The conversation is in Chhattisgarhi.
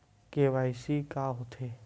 के.वाई.सी का होथे?